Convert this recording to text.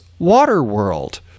Waterworld